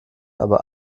aber